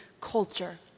culture